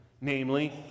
Namely